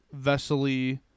Vesely